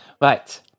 Right